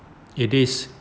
it is